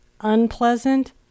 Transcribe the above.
Unpleasant